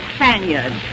Spaniard